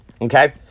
okay